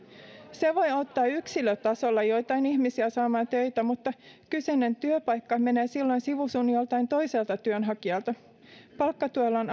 se voi auttaa yksilötasolla joitain ihmisiä saamaan töitä mutta kyseinen työpaikka menee silloin sivu suun joltain toiselta työnhakijalta palkkatuella on